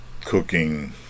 cooking